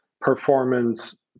performance